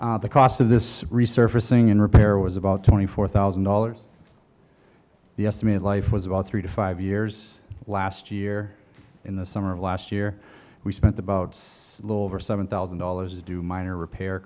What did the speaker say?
through the cost of this resurfacing and repair was about twenty four thousand dollars the estimated life was about three to five years last year in the summer of last year we spent about a little over seven thousand dollars to do minor repair